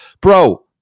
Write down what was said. Bro